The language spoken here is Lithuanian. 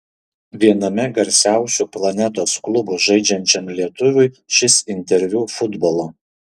viename garsiausių planetos klubų žaidžiančiam lietuviui šis interviu futbolo